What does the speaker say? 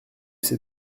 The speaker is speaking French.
c’est